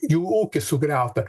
jų ūkis sugriauta